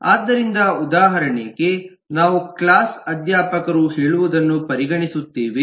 ಆದ್ದರಿಂದ ಉದಾಹರಣೆಗೆ ನಾವು ಕ್ಲಾಸ್ ಅಧ್ಯಾಪಕರು ಹೇಳುವುದನ್ನು ಪರಿಗಣಿಸುತ್ತೇವೆ